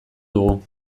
dugu